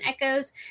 echoes